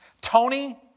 Tony